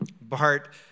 Bart